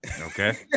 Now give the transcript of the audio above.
okay